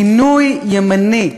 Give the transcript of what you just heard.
מינוי ימני,